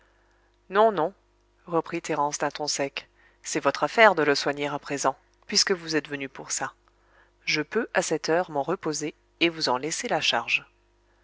non non reprit thérence d'un ton sec c'est votre affaire de le soigner à présent puisque vous êtes venue pour ça je peux à cette heure m'en reposer et vous en laisser la charge